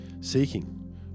seeking